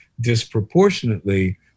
disproportionately